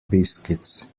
biscuits